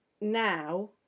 now